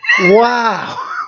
Wow